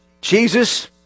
Jesus